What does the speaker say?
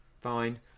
fine